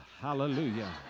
hallelujah